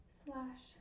slash